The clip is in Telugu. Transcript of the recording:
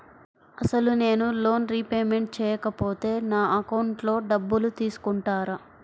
అసలు నేనూ లోన్ రిపేమెంట్ చేయకపోతే నా అకౌంట్లో డబ్బులు తీసుకుంటారా?